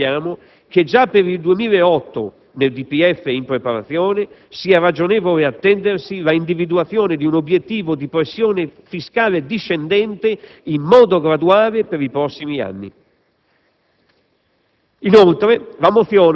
e che richiede dunque - come noi auspichiamo - che già per il 2008, nel DPEF in preparazione, sia ragionevole attendersi l'individuazione di un obiettivo di pressione fiscale discendente in modo graduale per i prossimi anni.